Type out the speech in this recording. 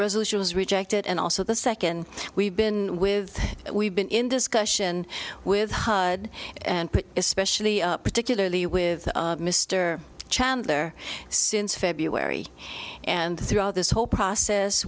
resolution was rejected and also the second we've been with we've been in discussion with hud and especially particularly with mr chandler since february and throughout this whole process